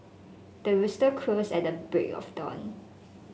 the rooster crows at the break of dawn